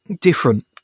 different